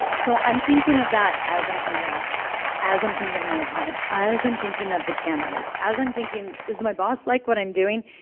so i'm thinking of that as i'm thinking of the live crowd, as i'm thinking of my opponent, as i'm thinking of the cameras, as i'm thinking, does my boss like what i'm doing?